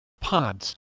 pods